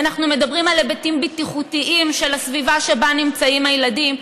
אנחנו מדברים על היבטים בטיחותיים של הסביבה שבה נמצאים הילדים.